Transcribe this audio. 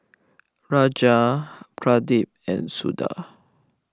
Raja Pradip and Suda